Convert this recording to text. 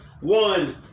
One